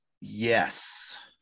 Yes